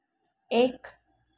एक